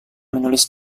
menulis